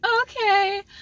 okay